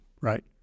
Right